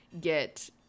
get